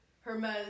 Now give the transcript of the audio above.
Hermes